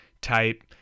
type